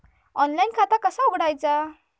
Online खाता कसा उघडायचा?